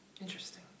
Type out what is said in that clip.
Interesting